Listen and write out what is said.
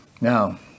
Now